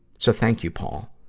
so, thank you, paul.